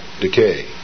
decay